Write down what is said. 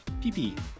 PP